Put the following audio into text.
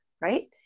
right